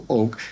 ook